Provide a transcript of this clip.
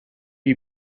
you